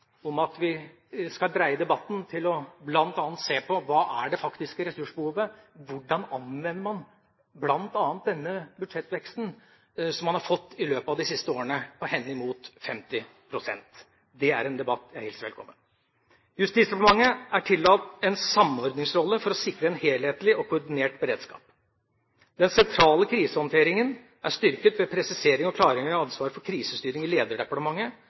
om at vi skal dreie debatten til bl.a. å se på: Hva er det faktiske ressursbehovet, hvordan anvender man bl.a. denne budsjettveksten som man har fått i løpet av de siste årene, på henimot 50 pst.? Det er en debatt jeg hilser velkommen. Justisdepartementet er tillagt en samordningsrolle for å sikre en helhetlig og koordinert beredskap. Den sentrale krisehåndteringen er styrket ved presisering og klargjøring av ansvaret for krisestyring i lederdepartementet,